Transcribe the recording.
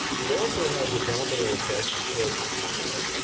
it also has a domino effect because, as you know,